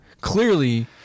clearly